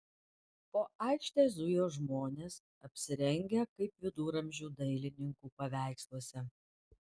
po aikštę zujo žmonės apsirengę kaip viduramžių dailininkų paveiksluose